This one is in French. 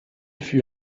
fut